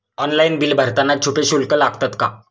Online bill भरताना छुपे शुल्क लागतात का?